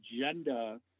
agenda